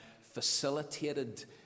facilitated